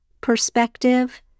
perspective